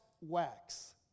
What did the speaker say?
wax